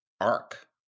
arc